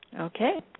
Okay